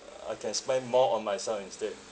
I can spend more on myself instead